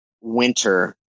winter